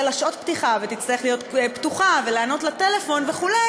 יהיו לה שעות פתיחה והיא תצטרך להיות פתוחה ולענות לטלפון וכו',